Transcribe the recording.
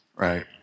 Right